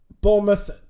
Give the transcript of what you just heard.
Bournemouth